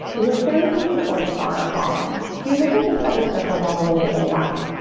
is it services supports are evolving, you look at the set of circles, all the way to the left.